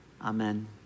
Amen